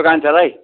त्यो कान्छालाई